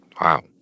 Wow